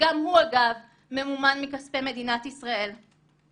שגם הוא אגב ממומן מכספי מדינת ישראל;